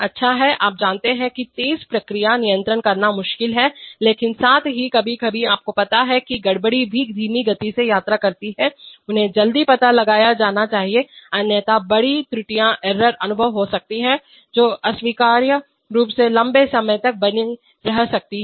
अच्छा है आप जानते हैं कि तेज़ प्रक्रियाएं नियंत्रित करना मुश्किल है लेकिन साथ ही कभी कभी आपको पता है कि गड़बड़ी भी धीमी गति से यात्रा करती है उन्हें जल्दी पता लगाया जाना चाहिए अन्यथा बड़ी त्रुटियां अनुभव हो सकती हैं जो अस्वीकार्य रूप से लंबे समय तक बनी रह सकती हैं